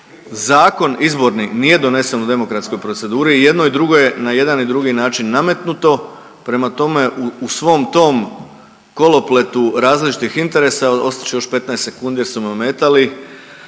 zakon izborni nije donesen u demokratskoj proceduri i jedno i drugo je na jedan i drugi način nametnuto, prema tome u svom tom kolopletu različitih interesa, ostat će još 15 sekundi jer su me ometali,